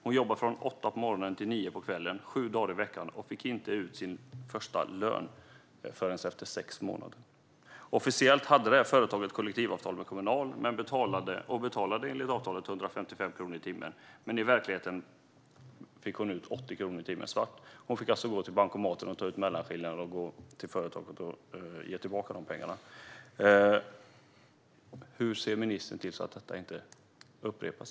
Hon jobbade från åtta på morgonen till nio på kvällen, sju dagar i veckan, och hon fick inte ut sin första lön förrän efter sex månader. Officiellt hade företaget kollektivavtal med Kommunal och betalade enligt avtalet 155 kronor i timmen, men i verkligheten fick hon ut 80 kronor i timmen svart. Hon fick alltså gå till bankomaten och ta ut mellanskillnaden och ge tillbaka pengarna till företaget. Hur ser ministern till att detta inte upprepas?